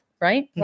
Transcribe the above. Right